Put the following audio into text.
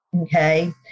okay